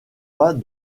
pas